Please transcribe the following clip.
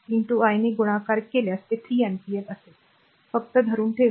6 I ने गुणाकार केल्यास ते 3 ampere असेल फक्त धरून ठेवा